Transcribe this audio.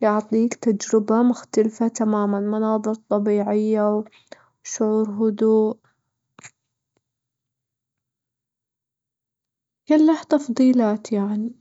يعطيك تجربة مختلفة تمامًا، مناظر طبيعية، وشعور هدوء، كلها تفضيلات يعني.